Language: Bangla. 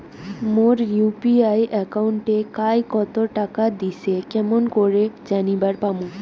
মোর ইউ.পি.আই একাউন্টে কায় কতো টাকা দিসে কেমন করে জানিবার পামু?